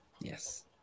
Yes